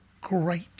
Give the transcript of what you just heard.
great